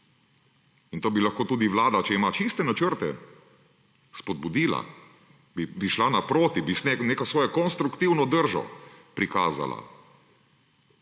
To bi lahko tudi Vlada, če ima čiste načrte, spodbudila. Bi šla naproti, bi neko svojo konstruktivno držo prikazala.